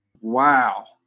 wow